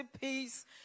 peace